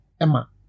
Emma